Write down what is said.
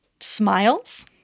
smiles